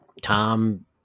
Tom